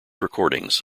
recordings